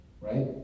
right